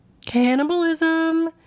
cannibalism